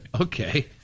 Okay